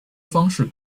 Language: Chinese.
方式